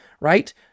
right